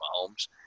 Mahomes